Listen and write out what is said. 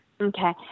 Okay